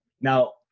Now